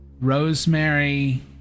Rosemary